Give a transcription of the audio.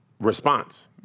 response